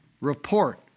report